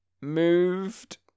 Moved